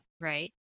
Right